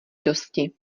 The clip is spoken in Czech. dosti